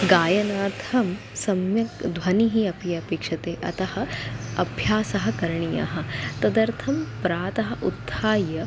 गायनार्थं सम्यक् ध्वनिः अपि अपेक्ष्यते अतः अभ्यासः करणीयः तदर्थं प्रातः उत्थाय